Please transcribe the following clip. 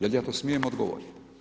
Jel ja to smijem odgovoriti?